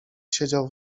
siedział